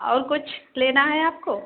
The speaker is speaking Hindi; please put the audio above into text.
और कुछ लेना है आपको